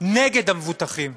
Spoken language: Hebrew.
נגד המבוטחים.